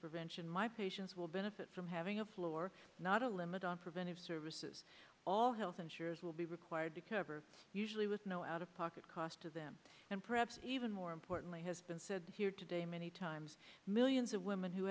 prevention my patients will benefit from having a floor not a limit on preventive services all health insurers will be required to cover usually with no out of pocket cost to them and perhaps even more importantly has been said here today many times millions of women who